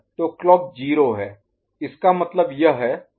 तो क्लॉक 0 है इसका मतलब यह 1 है और यह भी 1 है